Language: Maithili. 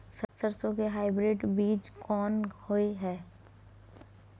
सरसो के हाइब्रिड बीज कोन होय है?